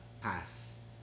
pass